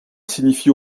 signifie